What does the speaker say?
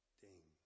ding